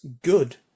good